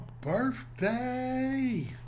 birthday